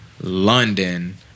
London